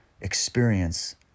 experience